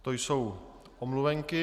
To jsou omluvenky.